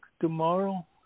tomorrow